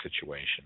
situation